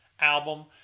album